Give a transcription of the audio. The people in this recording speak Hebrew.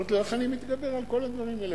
אמרתי לו: איך אני מתגבר על כל הדברים האלה?